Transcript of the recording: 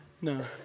No